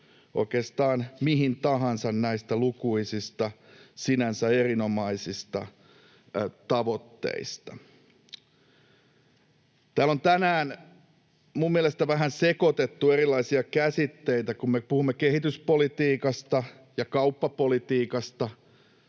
oikeastaan mihin tahansa näistä lukuisista sinänsä erinomaisista tavoitteista. Täällä on tänään minun mielestäni vähän sekoitettu erilaisia käsitteitä, kun me puhumme kehityspolitiikasta ja kauppapolitiikasta.